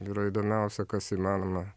yra įdomiausia kas įmanoma